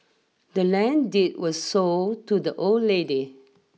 the land deed was sold to the old lady